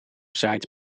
zaait